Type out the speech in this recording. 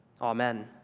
Amen